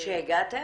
שהגעתם?